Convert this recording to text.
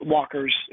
Walker's